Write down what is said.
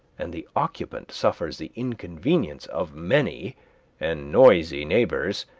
and the occupant suffers the inconvenience of many and noisy neighbors,